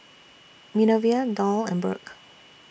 Minervia Doll and Burk